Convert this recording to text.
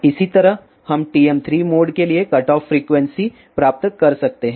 इसी तरह हम TM3 मोड के लिए कटऑफ फ्रीक्वेंसी प्राप्त कर सकते हैं